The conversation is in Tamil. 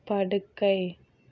படுக்கை